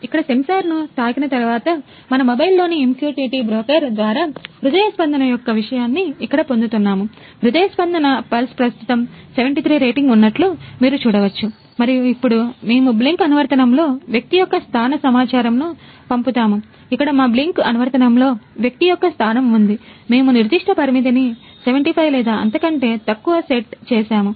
ఇక్కడ సెన్సార్ను తాకిన తరువాత మన మొబైల్లోని MQTT బ్రోకర్ చేయవచ్చు